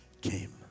came